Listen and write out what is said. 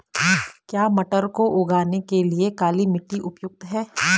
क्या मटर को उगाने के लिए काली मिट्टी उपयुक्त है?